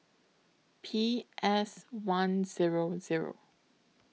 P S one Zero Zero